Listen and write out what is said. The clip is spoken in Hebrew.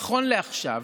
נכון לעכשיו